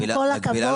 עם כל הכבוד,